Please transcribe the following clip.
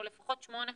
או לפחות שמונה חברות,